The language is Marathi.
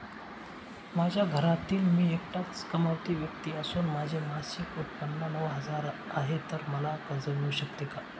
माझ्या घरातील मी एकटाच कमावती व्यक्ती असून माझे मासिक उत्त्पन्न नऊ हजार आहे, तर मला कर्ज मिळू शकते का?